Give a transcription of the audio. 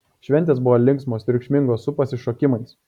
šventės buvo linksmos triukšmingos su pasišokimais